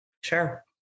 Sure